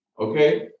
Okay